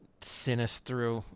sinister